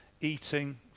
eating